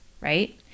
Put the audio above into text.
right